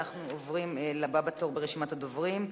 אנחנו עוברים לבא בתור ברשימת הדוברים,